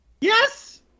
Yes